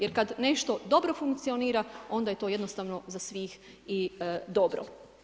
Jer kad nešto dobro funkcionira onda je to jednostavno za svih i dobro.